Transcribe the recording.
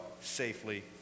safely